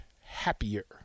happier